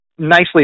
Nicely